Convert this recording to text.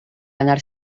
anar